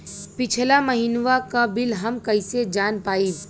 पिछला महिनवा क बिल हम कईसे जान पाइब?